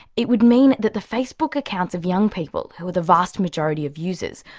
it would mean that the facebook accounts of young people, who are the vast majority of users,